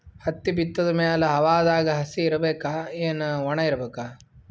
ಹತ್ತಿ ಬಿತ್ತದ ಮ್ಯಾಲ ಹವಾದಾಗ ಹಸಿ ಇರಬೇಕಾ, ಏನ್ ಒಣಇರಬೇಕ?